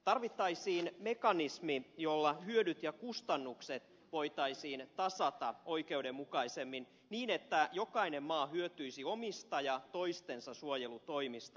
tarvittaisiin mekanismi jolla hyödyt ja kustannukset voitaisiin tasata oikeudenmukaisemmin niin että jokainen maa hyötyisi omista ja toistensa suojelutoimista